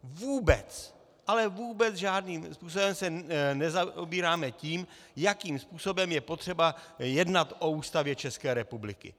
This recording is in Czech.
Vůbec, ale vůbec žádným způsobem se nezaobíráme tím, jakým způsobem je potřeba jednat o Ústavě České republiky.